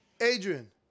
Adrian